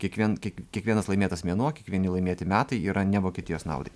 kiekvien kiekvienas laimėtas mėnuo kiekvieni laimėti metai yra ne vokietijos naudai